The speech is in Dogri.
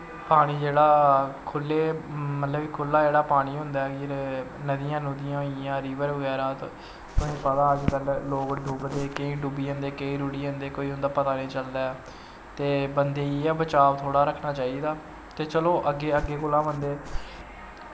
पानी जेह्ड़ा खुल्ळे मतलब कि खुल्ला जेहड़ा पानी होंदा ऐ नदियां नुदियां बगैरा तुसें पता ऐ लोग अजकल डुबदे केईं डुब्बी जंदे केईं रुढ़ी जंदे उंदा कोई पता नी चलदा ऐ तेबंदे गी इयां बचाव थोहड़ा रक्खना चाहिदा ते चलो अग्गे कोला बंदे गी